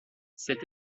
cette